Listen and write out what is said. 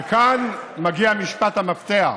וכאן מגיע משפט המפתח.